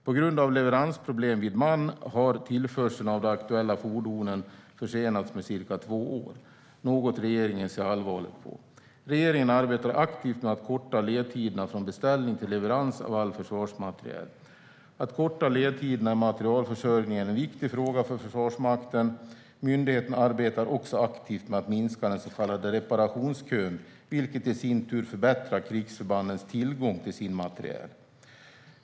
På grund av leveransproblem vid MAN har tillförseln av de aktuella fordonen försenats med cirka två år - något regeringen ser allvarligt på. Regeringen arbetar aktivt med att korta ledtiderna från beställning till leverans av all försvarsmateriel. Att korta ledtiderna i materielförsörjningen är en viktig fråga för Försvarsmakten. Myndigheten arbetar också aktivt med att minska den så kallade reparationskön, vilket i sin tur förbättrar krigsförbandens tillgång till sin materiel.